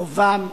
חובה,